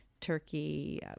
turkey